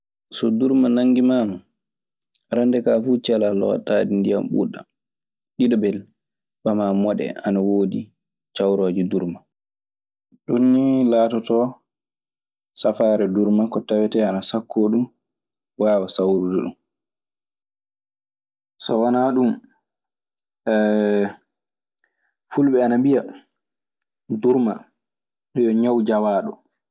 So durma nanngimaama, arannde kaa fuu celaa e lootaade ndiyan ɓuuɓɗan. Ɗiɗaɓel, ɓamaa moɗe ana woodi cawrooje durma. Ɗun nii laatotoo safaare durma. Ko tawetee ana sakkoo ɗun, waawa sawrude ɗun. So wanaa ɗun fulɓe ana mbiya durma yo ñaw jawaaɗo.